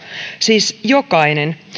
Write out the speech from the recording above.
siis jokainen